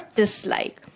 dislike